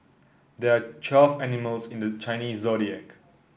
there are twelve animals in the Chinese Zodiac